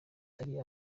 ari